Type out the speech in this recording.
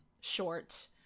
short